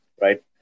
right